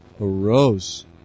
arose